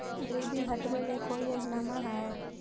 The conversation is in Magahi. गरीबी हटबे ले कोई योजनामा हय?